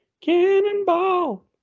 Cannonball